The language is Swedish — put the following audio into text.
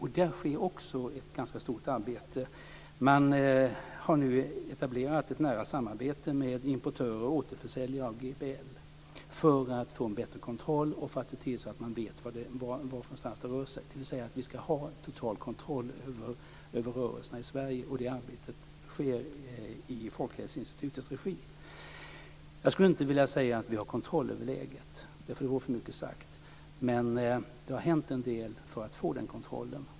Också där utförs ett ganska stort arbete. Man har nu etablerat ett nära samarbete med importörer och återförsäljare av GBL för att få en bättre kontroll och för att man ska veta var det rör sig. Vi ska ha en total kontroll över rörelserna i Sverige, och det arbetet bedrivs i Folkhälsoinstitutets regi. Jag skulle inte vilja säga att vi har kontroll över läget - det vore för mycket sagt - men det har hänt en del på vägen mot att få den kontrollen.